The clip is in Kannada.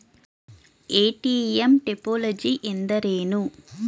ಎ.ಟಿ.ಎಂ ಟೋಪೋಲಜಿ ಎಂದರೇನು?